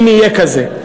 אם יהיה כזה.